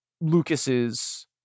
Lucas's